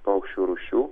paukščių rūšių